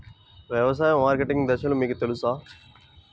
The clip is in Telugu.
వ్యవసాయ మార్కెటింగ్ దశలు మీకు తెలుసా?